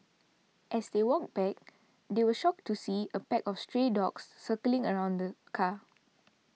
as they walked back they were shocked to see a pack of stray dogs circling around the car